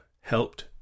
helped